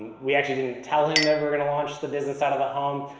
we actually didn't tell him that we're gonna launch the business out of the home.